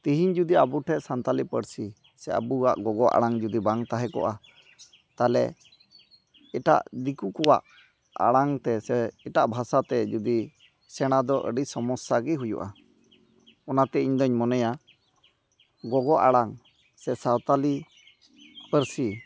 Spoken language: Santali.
ᱛᱤᱦᱤᱧ ᱡᱩᱫᱤ ᱟᱵᱚᱴᱷᱮᱡ ᱥᱟᱱᱛᱟᱞᱤ ᱯᱟᱹᱨᱥᱤ ᱥᱮ ᱟᱵᱚᱣᱟᱜ ᱜᱚᱜᱚ ᱟᱲᱟᱝ ᱡᱩᱫᱤ ᱵᱟᱝ ᱛᱟᱦᱮᱸ ᱠᱚᱜᱼᱟ ᱛᱟᱦᱚᱞᱮ ᱮᱴᱟᱜ ᱫᱤᱠᱩ ᱠᱚᱣᱟᱜ ᱟᱲᱟᱝᱛᱮ ᱥᱮ ᱮᱴᱟᱜ ᱵᱷᱟᱥᱟᱛᱮ ᱡᱩᱫᱤ ᱥᱮᱬᱟᱫᱚ ᱟᱹᱰᱤ ᱥᱚᱢᱚᱥᱥᱟᱜᱮ ᱦᱩᱭᱩᱜᱼᱟ ᱚᱱᱟᱛᱮ ᱤᱧᱫᱚᱧ ᱢᱚᱱᱮᱭᱟ ᱜᱚᱜᱚ ᱟᱲᱟᱝ ᱥᱮ ᱥᱟᱣᱛᱟᱞᱤ ᱯᱟᱹᱨᱥᱤ